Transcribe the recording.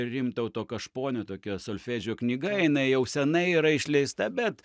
rimtauto kašponio tokia solfedžio knyga jinai jau senai yra išleista bet